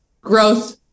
growth